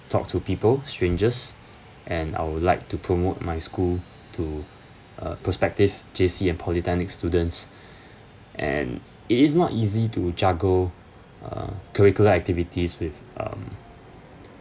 talk to people strangers and I would like to promote my school to uh prospective J_C and polytechnic students and it is not easy to juggle uh curricular activities with um